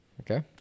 Okay